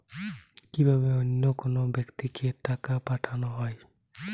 কি ভাবে অন্য কোনো ব্যাক্তিকে টাকা পাঠানো হয়?